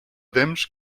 temps